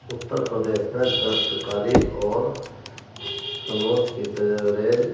اتر پردیش میں دستکاری اور